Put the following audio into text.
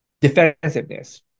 defensiveness